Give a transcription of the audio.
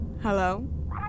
Hello